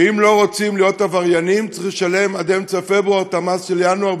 ואם לא רוצים להיות עבריינים צריך לשלם עד אמצע פברואר את המס של ינואר,